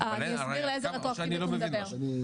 או שאני לא מבין משהו,